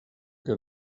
que